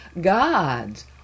gods